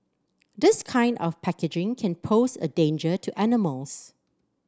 this kind of packaging can pose a danger to animals